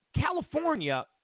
California